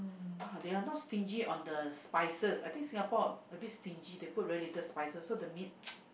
ah they are not stingy on the spices I think Singapore a bit stingy they put really little spices so the meat